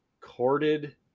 corded